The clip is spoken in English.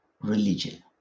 religion